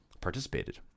participated